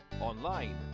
online